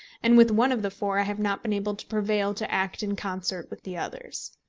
and with one of the four i have not been able to prevail to act in concert with the others.